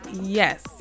yes